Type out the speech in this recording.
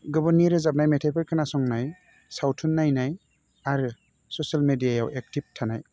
गुबुननि रोजाबनाय मेथायफोर खोनासंनाय सावथुन नायनाय आरो ससियेल मिडियायाव एकटिभ थानाय